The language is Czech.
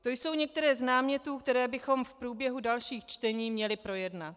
To jsou některé z námětů, které bychom v průběhu dalších čtení měli projednat.